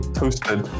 toasted